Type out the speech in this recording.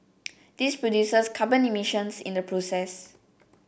this produces carbon emissions in the process